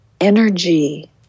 energy